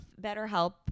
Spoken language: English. BetterHelp